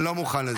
אני לא מוכן לזה.